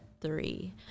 three